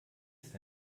ist